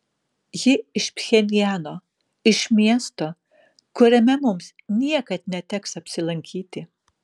ji iš pchenjano iš miesto kuriame mums niekad neteks apsilankyti